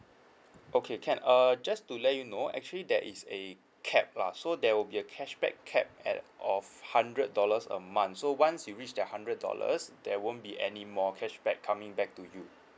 okay can err just to let you know actually that is a cap lah so there will be a cashback capped at of hundred dollars a month so once you reach the hundred dollars there won't be any more cashback coming back to you